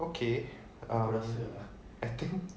okay um I think